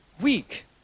weak